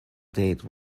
date